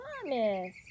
promise